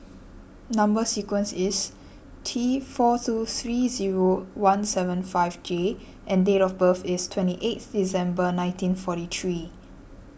Number Sequence is T four two three zero one seven five J and date of birth is twenty eighth December nineteen forty three